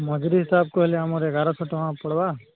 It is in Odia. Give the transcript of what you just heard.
ମଜୁରୀ ହିସାବ କହିଲେ ଆମର ଏଗାରଶହ ଟଙ୍କା ପଡ଼ିବା